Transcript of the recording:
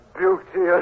beauty